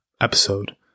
episode